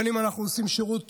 בין שאנחנו עושים שירות